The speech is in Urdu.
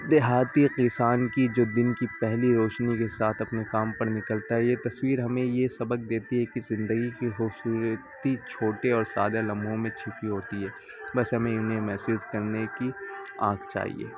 دیہاتی کسان کی جو دن کی پہلی روشنی کے ساتھ اپنے کام پر نکلتا ہے یہ تصویر ہمیں یہ سبق دیتی ہے کہ زندگی کی خوبصورتی چھوٹے اور سادہ لمحوں میں چھپی ہوتی ہے بس ہمیں انہیں محسوس کرنے کی آنکھ چاہیے